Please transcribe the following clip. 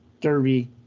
derby